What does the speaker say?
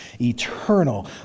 eternal